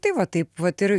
tai va taip vat ir